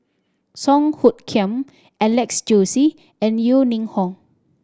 Song Hoot Kiam Alex Josey and Yeo Ning Hong